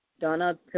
Donna